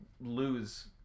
lose